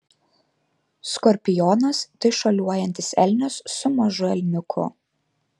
skorpionas tai šuoliuojantis elnias su mažu elniuku